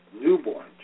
newborn